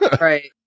Right